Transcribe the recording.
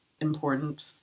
important